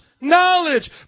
knowledge